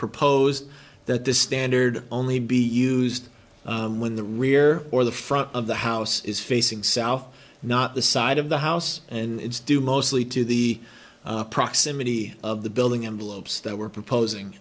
proposed that the standard only be used when the rear or the front of the house is facing south not the side of the house and it's due mostly to the proximity of the building and lopes that we're proposing